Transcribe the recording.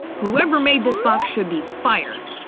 whoever made this box should be fired